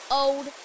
old